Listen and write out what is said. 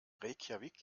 reykjavík